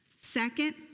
Second